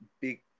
big